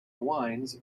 wines